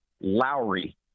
Lowry